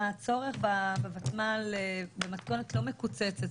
הצורך בוותמ"ל במתכונת לא מקוצצת,